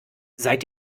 seid